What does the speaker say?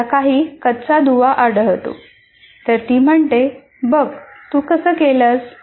तिला काही कच्चा दुवा आढळला तर ती म्हणते बघ तू कसं केलंस